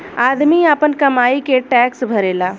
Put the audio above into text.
आदमी आपन कमाई के टैक्स भरेला